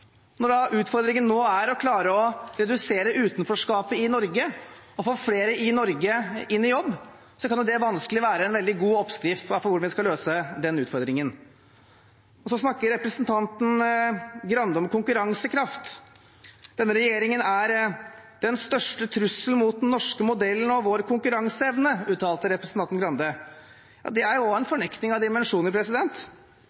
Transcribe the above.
Når utfordringen nå er å klare å redusere utenforskapet i Norge og få flere i Norge inn i jobb, kan det vanskelig være en veldig god oppskrift på hvordan vi skal løse den utfordringen. Representanten Arild Grande snakker om konkurransekraft – denne regjeringen er den største trusselen mot den norske modellen og vår konkurransekraft, uttalte representanten Grande. Ja, det er også en